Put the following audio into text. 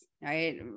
right